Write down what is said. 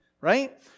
right